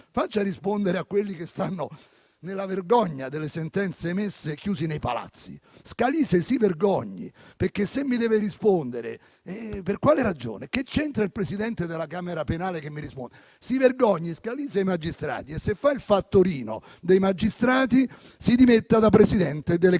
Faccia rispondere quelli che stanno, nella vergogna delle sentenze emesse, chiusi nei palazzi. Scalise si vergogni! Perché mi deve rispondere, per quale ragione? Perché deve rispondermi il presidente della camera penale? Si vergognino Scalise e i magistrati. Se fa il fattorino dei magistrati, si dimetta da presidente della camera penale.